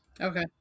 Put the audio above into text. Okay